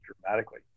dramatically